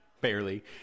Barely